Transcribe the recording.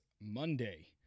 Monday